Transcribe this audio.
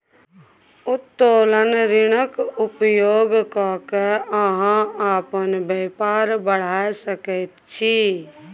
उत्तोलन ऋणक उपयोग क कए अहाँ अपन बेपार बढ़ा सकैत छी